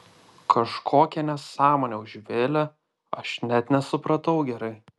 kažkokią nesąmonę užvėlė aš net nesupratau gerai